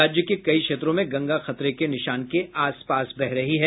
राज्य के कई क्षेत्रों में गंगा खतरे के निशान के आस पास बह रही है